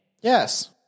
Yes